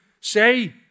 say